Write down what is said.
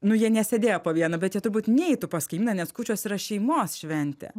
nu jie nesėdėjo po vieną bet jie turbūt neitų pas kaimyną nes kūčios yra šeimos šventė